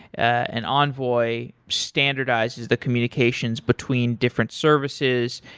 and envoy standardizes the communications between different services.